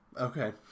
Okay